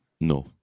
No